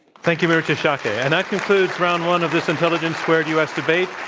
thank you, marietje schaake. yeah and that concludes round one of this intelligence squared u. s. debate,